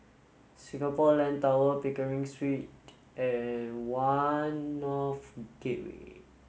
Singapore Land Tower Pickering Street and One North Gateway